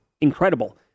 incredible